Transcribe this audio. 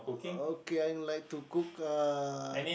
okay I like to cook uh